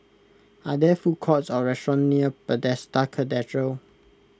are there food courts or restaurants near Bethesda Cathedral